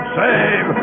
save